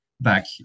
back